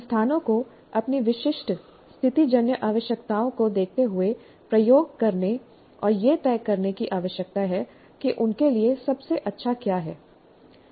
संस्थानों को अपनी विशिष्ट स्थितिजन्य आवश्यकताओं को देखते हुए प्रयोग करने और यह तय करने की आवश्यकता है कि उनके लिए सबसे अच्छा क्या है